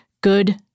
good